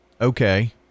Okay